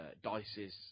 Dices